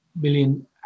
million